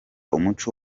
umuco